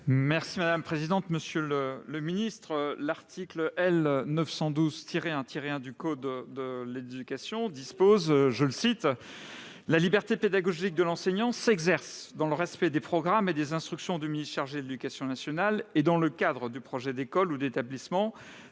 : La parole est à M. Pierre Ouzoulias. L'article L. 912-1-1 du code de l'éducation dispose que « la liberté pédagogique de l'enseignant s'exerce dans le respect des programmes et des instructions du ministre chargé de l'éducation nationale et dans le cadre du projet d'école ou d'établissement